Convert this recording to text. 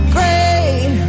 Great